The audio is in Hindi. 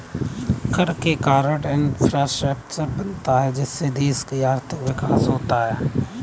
कर के कारण है इंफ्रास्ट्रक्चर बनता है जिससे देश का आर्थिक विकास होता है